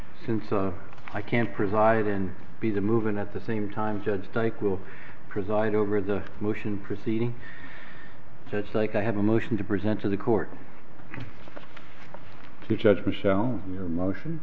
since i can't preside and be the moving at the same time judge dyke will preside over the motion proceeding just like i have a motion to present to the court to judge michele your motion